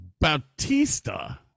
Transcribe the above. Bautista